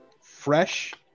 fresh